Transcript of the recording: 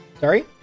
Sorry